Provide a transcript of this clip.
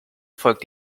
folgt